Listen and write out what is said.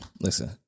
Listen